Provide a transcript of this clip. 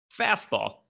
FASTBALL